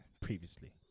previously